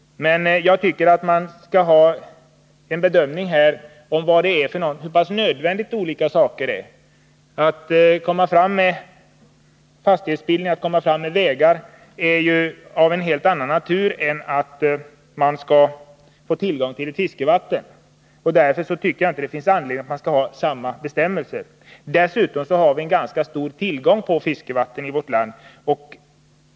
Jag tycker att man måste göra en bedömning av hur nödvändiga olika åtgärder är. Önskemålet att få till stånd fastighetsbildningar och komma fram med vägar är av en helt annan natur än önskemålet att få tillgång till fiskevatten. Därför finns det inte någon anledning att på dessa områden ha likadana bestämmelser. Dessutom har vi en ganska stor tillgång på fiskevatten i vårt land.